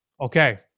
Okay